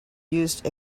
used